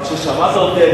שמעת אותי,